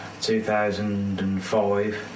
2005